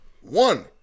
one